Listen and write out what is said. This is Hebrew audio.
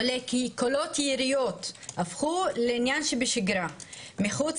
עולה כי קולות יריות הפכו לעניין שבשגרה מחוץ